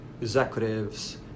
executives